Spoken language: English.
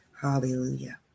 hallelujah